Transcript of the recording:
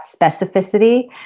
specificity